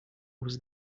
was